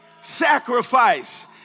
Sacrifice